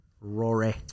Rory